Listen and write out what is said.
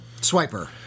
Swiper